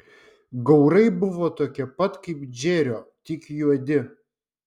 gaurai buvo tokie pat kaip džerio tik juodi